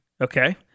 okay